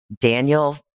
Daniel